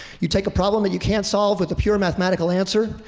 you take a problem that you can't solve with a pure mathematical answer,